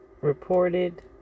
reported